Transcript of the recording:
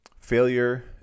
failure